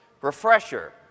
refresher